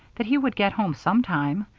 that he would get home some time,